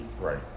Right